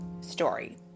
Story